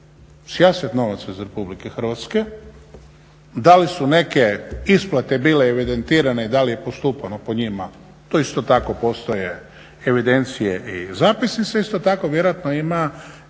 novaca iz Republike Hrvatske, da li su neke isplate bile evidentirane i da li je postupano po njima, to isto tako postoje evidencije i zapisi, se isto tako vjerojatno ima